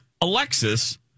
Alexis